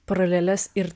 paraleles ir